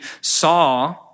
saw